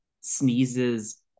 sneezes